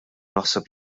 naħseb